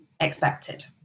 expected